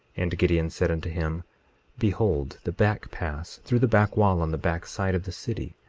and gideon said unto him behold the back pass, through the back wall, on the back side of the city.